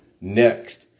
next